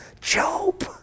Job